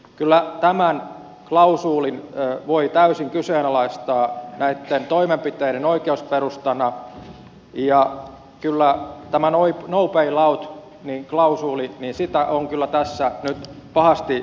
kyllä tämän klausuulin voi täysin kyseenalaistaa näitten toimenpiteiden oikeusperustana ja kyllä tätä no bail out klausuulia on kyllä tässä nyt pahasti rikottu